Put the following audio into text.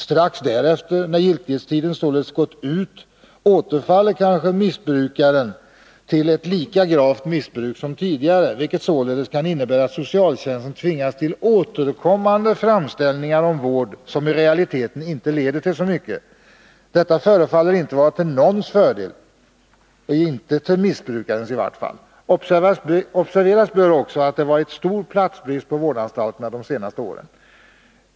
Strax därefter, när giltighetstiden således gått ut, återfaller kanske missbrukaren till ett lika gravt missbruk som tidigare, vilket alltså kan innebära att socialtjänsten tvingas till återkommande framställningar om vård, som i realiteten inte leder till så mycket. Detta förefaller inte vara till någons fördel, i varje fall inte till missbrukarens. Observeras bör också att det varit stor platsbrist på vårdanstalterna de senaste åren.